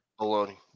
Baloney